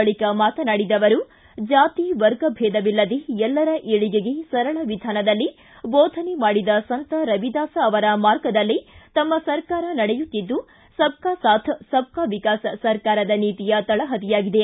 ಬಳಿಕ ಮಾತನಾಡಿದ ಅವರು ಜಾತಿ ವರ್ಗಬೇಧವಿಲ್ಲದೇ ಎಲ್ಲರ ಏಳಿಗೆಗೆ ಸರಳ ವಿಧಾನದಲ್ಲಿ ಬೋಧನೆ ಮಾಡಿದ ಸಂತ ರವಿದಾಸ ಅವರ ಮಾರ್ಗದಲ್ಲೇ ತಮ್ಮ ಸರ್ಕಾರ ನಡೆಯುತ್ತಿದ್ದು ಸಬ್ ಕಾ ಸಾಥ್ ಸಬ್ ಕಾ ವಿಕಾಸ್ ಸರ್ಕಾರದ ನೀತಿಯ ತಳಹದಿಯಾಗಿದೆ